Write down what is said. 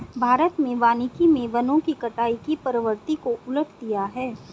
भारत में वानिकी मे वनों की कटाई की प्रवृत्ति को उलट दिया है